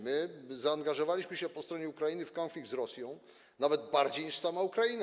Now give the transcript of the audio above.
My zaangażowaliśmy się po stronie Ukrainy w konflikt z Rosją nawet bardziej niż sama Ukraina.